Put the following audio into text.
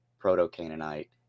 proto-Canaanite